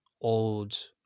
old